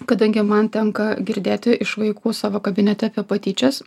kadangi man tenka girdėti iš vaikų savo kabinete apie patyčias